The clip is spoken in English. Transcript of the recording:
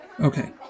Okay